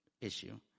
issue